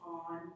on